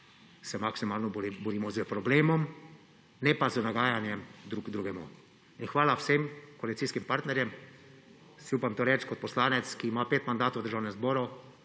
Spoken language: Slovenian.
se maksimalno borimo s problemom, ne pa z nagajanjem drug drugemu. In hvala vsem koalicijskim partnerjem, si upam to reči kot poslanec, ki ima pet mandatov v Državnem zboru,